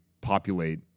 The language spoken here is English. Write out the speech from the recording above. populate